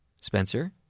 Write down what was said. Spencer